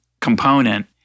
component